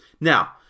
Now